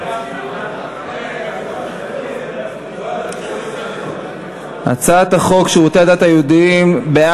ההצעה להעביר את הצעת חוק שירותי הדת היהודיים (תיקון,